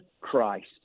christ